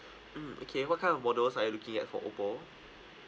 mm okay what kind of models are you looking for Oppo